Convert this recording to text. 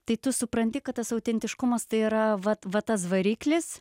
tai tu supranti kad tas autentiškumas tai yra vat va tas variklis